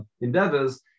endeavors